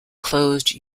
closed